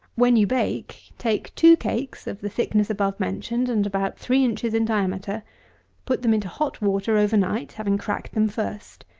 when you bake, take two cakes, of the thickness above-mentioned, and about three inches in diameter put them into hot water, over-night, having cracked them first.